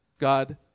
God